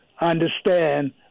understand